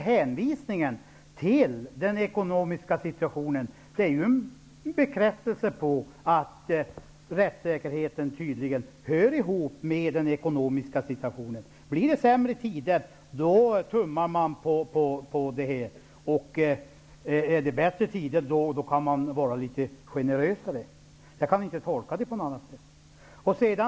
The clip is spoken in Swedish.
Hänvisningen till den ekonomiska situationen är en bekräftelse på att rättssäkerheten tydligen hör ihop med den ekonomiska situationen. Om det blir sämre tider tummar man på detta. Blir det bättre tider kan man vara litet generösare. Jag kan inte tolka det på något annat sätt.